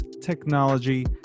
technology